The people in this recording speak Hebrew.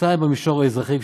שניים במישור האזרחי,